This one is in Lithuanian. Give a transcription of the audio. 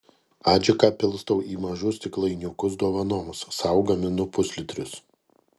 adžiką pilstau į mažus stiklainiukus dovanoms sau gaminu puslitrius